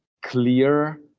clear